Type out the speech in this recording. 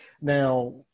Now